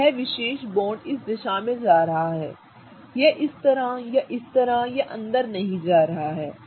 तो यह विशेष बॉन्ड इस दिशा में जा रहा है यह इस तरह या इस तरह या अंदर नहीं जा रहा है